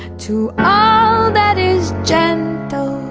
to ah that is john doe.